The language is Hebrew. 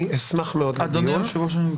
אדוני היושב-ראש.